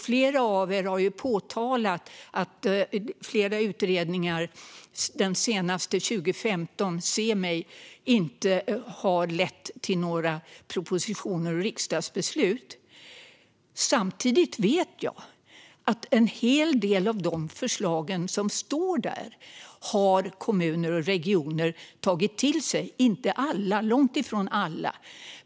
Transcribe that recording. Flera av er har påtalat att flera utredningar - den senaste 2015 - inte har lett till några propositioner och riksdagsbeslut. Samtidigt vet jag att en hel del av de förslag som står där har kommuner och regioner tagit till sig. Det är långt ifrån alla.